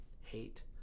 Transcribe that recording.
hate